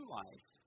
life